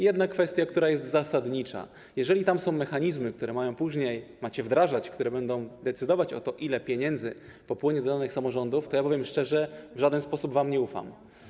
Jedna kwestia, która jest zasadnicza: jeżeli tam są mechanizmy, które później macie wdrażać, które będą decydować o tym, ile pieniędzy popłynie do danych samorządów, to ja powiem szczerze: w żaden sposób wam nie ufam.